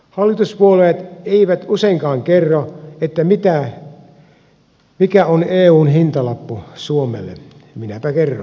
hallituspuolueet eivät useinkaan kerro mikä on eun hintalappu suomelle minäpä kerron